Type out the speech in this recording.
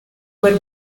ver